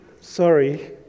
Sorry